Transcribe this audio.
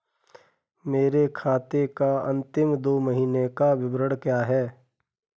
मेरे खाते का अंतिम दो महीने का विवरण क्या है?